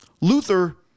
luther